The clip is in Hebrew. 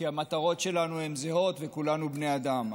כי המטרות שלנו הן זהות, וכולנו בני אדם.